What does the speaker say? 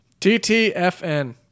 TTFN